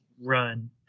run